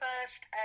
first